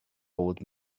old